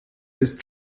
ist